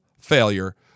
failure